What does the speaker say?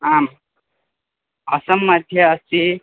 आम् असम् मध्ये अस्ति